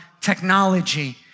technology